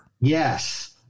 Yes